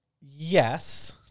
yes